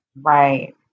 Right